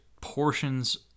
portions